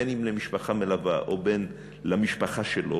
בין למשפחה מלווה ובין למשפחה שלו,